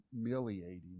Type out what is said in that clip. humiliating